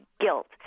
guilt